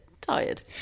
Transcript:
tired